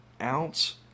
ounce